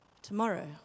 Tomorrow